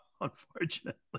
unfortunately